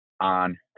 on